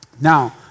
Now